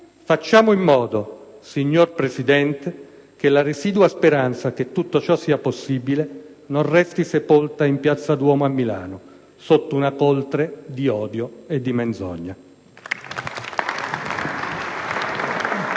Facciamo in modo, signor Presidente, che la residua speranza che tutto ciò sia possibile non resti sepolta in piazza Duomo a Milano, sotto una coltre di odio e di menzogna.